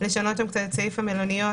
לשנות את סעיף המלוניות.